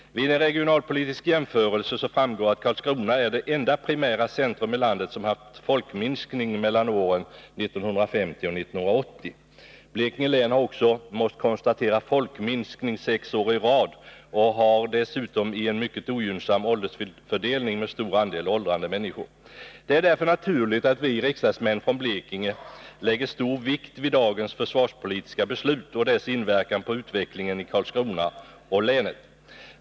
Vid en regionalpolitisk jämförelse framgår att Karlskrona är det enda primära centrum i landet som haft en folkminskning mellan åren 1950 och 1980. Blekinge län har: måst konstatera folkminskning sex år i rad och har dessutom en mycket ogynnsam åldersfördelning, med stor andel åldrande människor. Det är därför naturligt att vi riksdagsmän från Blekinge lägger stor vikt vid dagens försvarspolitiska beslut och dess inverkan på utvecklingen i Karlskrona och Blekinge län.